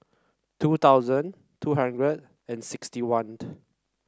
two thousand two hundred and sixty one